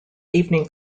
evening